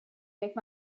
make